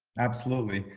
absolutely.